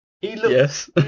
Yes